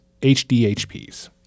HDHPs